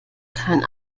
kein